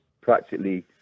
practically